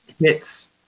hits